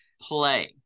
play